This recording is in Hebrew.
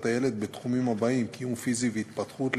הילד בתחומים הבאים: קיום פיזי והתפתחות,